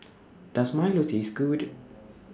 Does Milo Taste Good